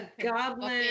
goblin